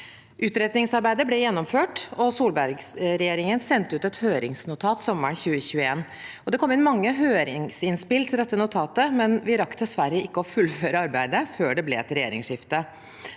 Utredningsarbeidet ble gjennomført, og Solberg-regjeringen sendte ut et høringsnotat sommeren 2021. Det kom inn mange høringsinnspill til dette notatet, men vi rakk dessverre ikke å fullføre arbeidet før det ble et regjeringsskifte.